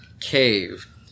cave